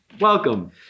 Welcome